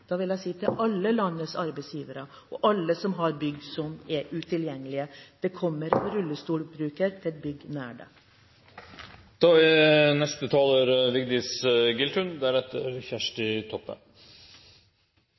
da vil jeg si til alle landets arbeidsgivere og alle som har bygg som er utilgjengelige: Det kommer en rullestolbruker til et bygg nær